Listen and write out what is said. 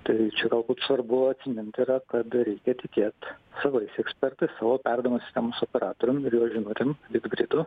tai čia galbūt svarbu atsimint yra kada reikia tikėt savais ekspertais savo perdavimo sistemos operatorium ir jo žinutėm litgridu